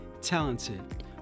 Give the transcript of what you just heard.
talented